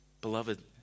beloved